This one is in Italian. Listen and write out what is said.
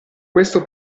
questo